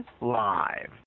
live